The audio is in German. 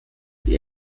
die